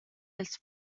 els